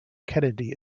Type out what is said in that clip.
kennedy